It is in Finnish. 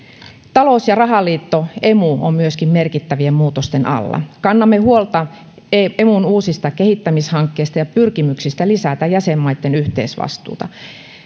talous ja rahaliitto emu on merkittävien muutosten alla kannamme huolta emun uusista kehittämishankkeista ja pyrkimyksistä lisätä jäsenmaitten yhteisvastuuta